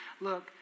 look